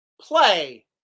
Play